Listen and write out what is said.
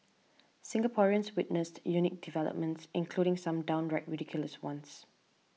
Singaporeans witnessed unique developments including some downright ridiculous ones